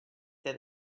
that